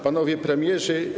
Panowie Premierzy!